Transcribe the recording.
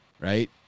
right